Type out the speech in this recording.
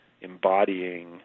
embodying